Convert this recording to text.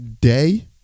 Day